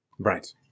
Right